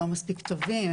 לא מספיק טובים.